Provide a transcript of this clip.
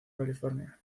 california